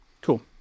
Cool